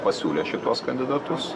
pasiūlė šituos kandidatus